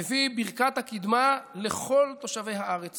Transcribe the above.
מביא ברכת הקדמה לכל תושבי הארץ